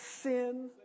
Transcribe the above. sin